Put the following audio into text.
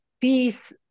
peace